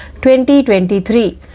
2023